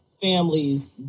families